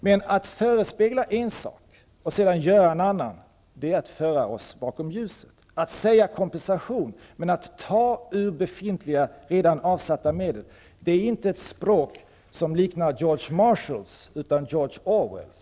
Men att förespegla en sak och sedan göra en annan är att föra oss bakom ljuset. Att säga att det är fråga om kompensation, men att ta ur befintliga, redan avsatta medel, är ett språkbruk som inte liknar George Marshalls, utan George Orwells.